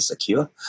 secure